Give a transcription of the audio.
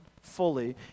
fully